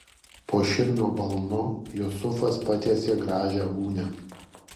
po širmio balnu jusufas patiesė gražią gūnią